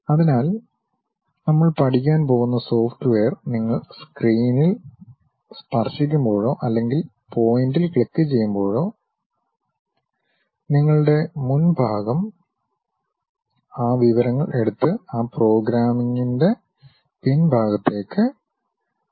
അതിനാൽ നമ്മൾ പഠിക്കാൻ പോകുന്ന സോഫ്റ്റ്വെയർ നിങ്ങൾ സ്ക്രീനിൽ സ്പർശിക്കുമ്പോഴോ അല്ലെങ്കിൽ പോയിന്റിൽ ക്ലിക്കുചെയ്യുമ്പോഴോ നിങ്ങളുടെ മുൻഭാഗം ആ വിവരങ്ങൾ എടുത്ത് ആ പ്രോഗ്രാമിംഗിന്റെ പിൻഭാഗത്തേക്ക് അയയ്ക്കും